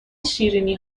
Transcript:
شیرینی